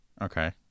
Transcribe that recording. Okay